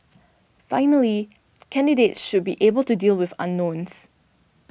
finally candidates should be able to deal with unknowns